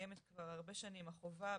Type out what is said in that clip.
קיימת כבר הרבה שנים החובה